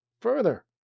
Further